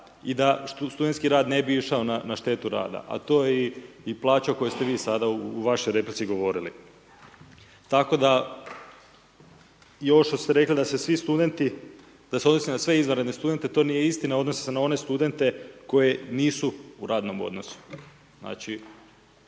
i da studentski rad ne bi išao na štetu rada, a to je i plaća o kojoj ste vi sada u vašoj replici govorili. Tako da i ovo što ste rekli da se odnosi na sve izvanredne studente, to nije istina, odnosi se na one studente koji nisu u radnom odnosu. Znači